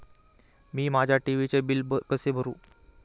मी माझ्या टी.व्ही चे बिल कसे भरू?